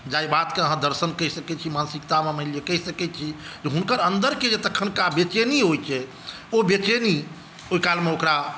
जाहि बातके अहाँ दर्शन कहि सकै छी मानसिकतामे मानि लिअ कहि सकै छी हुनकर अन्दरके जे तखनका बेचैनी होइ छै ओ बेचैनी ओहि कालमे ओकरा